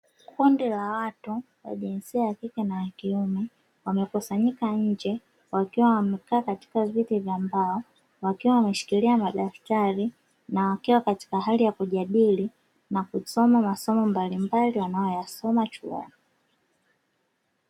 Kundi la watu wa jinsia ya kike na ya kiume, wamekusanyika nje wakiwa wamekaa katika viti vya mbao, wakiwa wameshikilia madaftari na wakiwa katika hali ya kujadili na kusoma masomo mbalimbali wanayoyasoma chuoni.